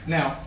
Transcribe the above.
Now